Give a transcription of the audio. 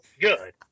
good